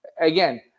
again